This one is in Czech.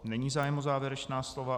Není zájem o závěrečná slova.